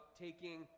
taking